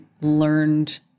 learned